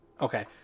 Okay